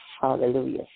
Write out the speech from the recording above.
Hallelujah